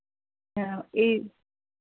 ਇਹ